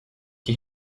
die